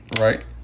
Right